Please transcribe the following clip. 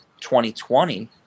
2020